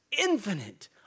infinite